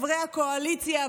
חברי הקואליציה,